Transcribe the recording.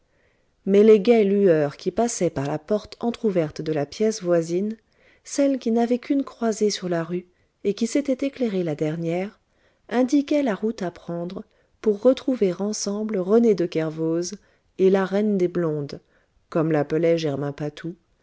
mais les gaies lueurs qui passaient par la porte entr'ouverte de la pièce voisine celle qui n'avait qu'une croisée sur la rue et qui s'était éclairée la dernière indiquaient la route à prendre pour retrouver ensemble rené de kervoz et la reine des blondes comme l'appelait germain patou